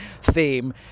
theme